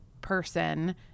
person